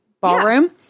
Ballroom